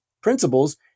principles